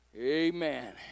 Amen